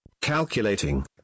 Calculating